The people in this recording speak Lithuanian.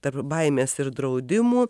tarp baimės ir draudimų